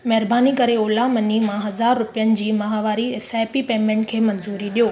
महिरबानी करे ओला मनी मां हज़ार रुपियनि जी माहवारी एसआईपी पेमेंट खे मंज़ूरी ॾियो